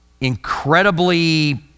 incredibly